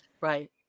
Right